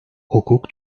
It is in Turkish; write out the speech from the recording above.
hukuk